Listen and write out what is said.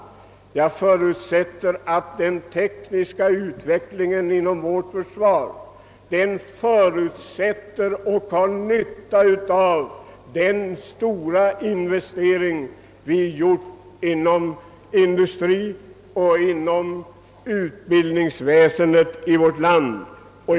Jag förutsätter att den tekniska utvecklingen inom vårt försvar har gagn av den stora investering vi gjort inom industri och utbildningsväsen i vårt land.